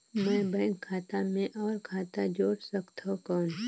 मैं बैंक खाता मे और खाता जोड़ सकथव कौन?